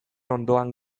ondoan